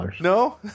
No